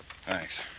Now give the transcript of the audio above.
Thanks